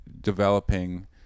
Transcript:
developing